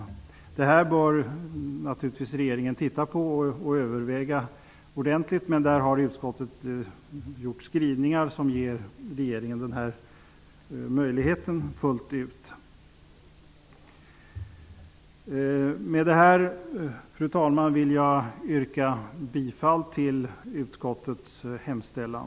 Regeringen bör naturligtvis överväga detta ordentligt, och utskottet har gjort skrivningar som ger regeringen den möjligheten fullt ut. Med det här, fru talman, vill jag yrka bifall till utskottets hemställan.